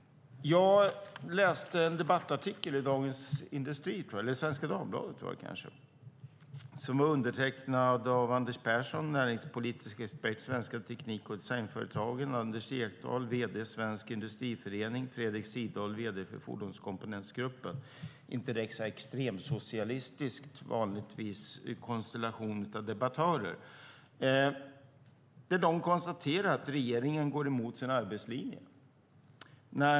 Jag läste en debattartikel - jag tror att det var i Svenska Dagbladet. Den var undertecknad av Anders Persson, näringspolitisk expert på Svenska Teknik & Designföretagen, Anders Ekdahl, vd för Svensk Industriförening, och Fredrik Sidahl, vd för Fordonskomponentgruppen. Det är inte direkt en extremsocialistisk konstellation av debattörer. De konstaterar att regeringen går emot sin arbetslinje.